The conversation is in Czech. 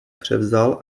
převzal